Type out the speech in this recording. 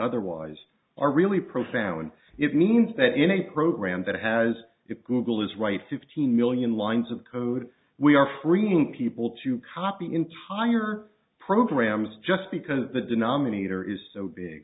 otherwise are really profound it means that in a program that has it google is right to fifteen million lines of code we are freeing people to copy entire programs just because the denominator is so big